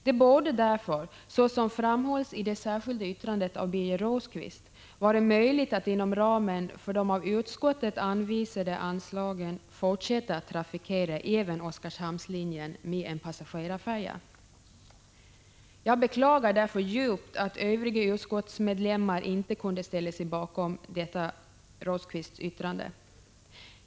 Det borde därför, såsom framhålls i det särskilda yttrandet av Birger Rosqvist, vara möjligt att inom ramen för de av utskottet anvisade anslagen fortsätta att trafikera även Oskarshamnslinjen med en passagerarfärja. Jag beklagar därför djupt att övriga utskottsmedlemmar inte kunde ställa sig bakom detta Birger Rosqvists yttrande.